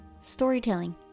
storytelling